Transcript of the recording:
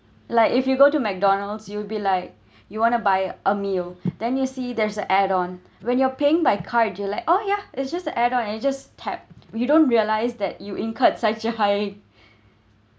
like if you go to McDonald's you'll be like you want to buy a meal then you see there's a add on when you are paying by card you like oh yeah it's just a add on and you just tap you don't realise that you incurred such a high